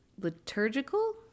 Liturgical